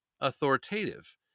authoritative